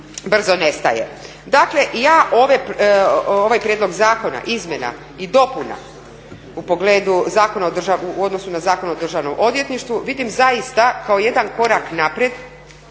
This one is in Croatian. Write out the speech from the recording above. Dakle ja ovaj prijedlog zakona izmjena i dopuna u odnosu na Zakon o državnom odvjetništvu vidim zaista kao jedan korak naprijed